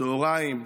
צוהריים.